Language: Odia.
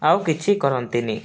ଆଉକିଛି କରନ୍ତିନି